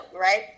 Right